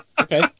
Okay